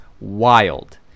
wild